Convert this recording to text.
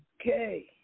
Okay